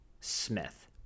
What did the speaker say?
Smith